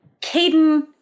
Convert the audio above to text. Caden